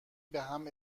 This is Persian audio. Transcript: بهم